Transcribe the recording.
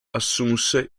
assunse